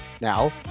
Now